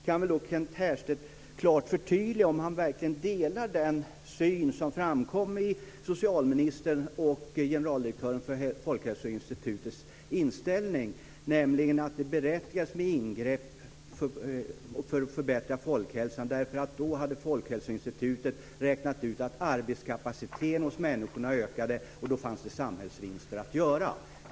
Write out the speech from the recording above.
Kanske Kent Härstedt kan förtydliga om han verkligen delar den syn som framkommer i socialministerns och Folkhälsoinstitutets generaldirektörs inställning, nämligen att det är berättigat med ingrepp för att förbättra folkhälsan därför att då, har Folkhälsoinstitutet räknat ut, ökar människors arbetskapacitet och då finns det samhällsvinster att göra.